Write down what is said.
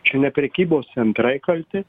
čia ne prekybos centrai kalti